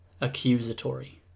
Accusatory